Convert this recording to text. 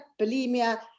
bulimia